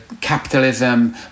capitalism